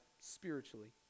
spiritually